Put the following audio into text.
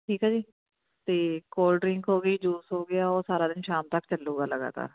ਠੀਕ ਹੈ ਜੀ ਅਤੇ ਕੋਲਡ ਡ੍ਰਿੰਕ ਹੋ ਗਈ ਜੂਸ ਹੋ ਗਿਆ ਉਹ ਸਾਰਾ ਦਿਨ ਸ਼ਾਮ ਤੱਕ ਚੱਲੂਗਾ ਲਗਾਤਾਰ